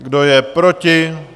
Kdo je proti?